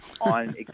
on